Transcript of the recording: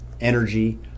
energy